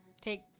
take